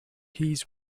he’s